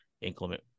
inclement